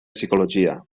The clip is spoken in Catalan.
psicologia